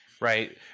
Right